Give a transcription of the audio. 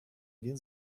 він